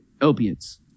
opiates